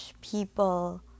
people